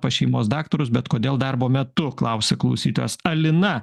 pas šeimos daktarus bet kodėl darbo metu klausia klausytojas alina